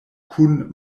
kun